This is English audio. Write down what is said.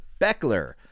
Beckler